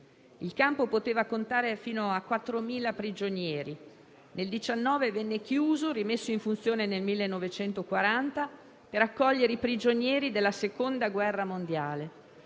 Il campo poteva contare fino a 4.000 prigionieri. Nel 1919 venne chiuso e rimesso in funzione nel 1940 per raccogliere i prigionieri della Seconda guerra mondiale.